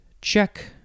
check